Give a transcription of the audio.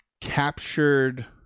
captured